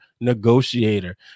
negotiator